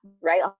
right